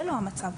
לא זה המצב.